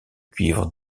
cuivre